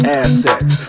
assets